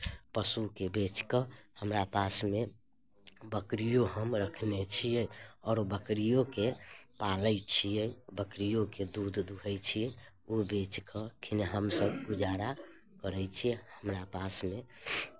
पशुके बेचि कऽ हमरा पासमे बकरियो हम रखने छियै आओर बकरियोके पालैत छियै बकरियोके दूध दूहैत छियै ओ बेचि कऽ किने हमसभ गुजारा करैत छियै हमरा पासमे